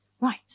Right